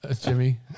Jimmy